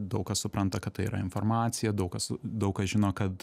daug kas supranta kad tai yra informacija daug kas daug kas žino kad